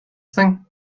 thing